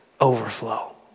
overflow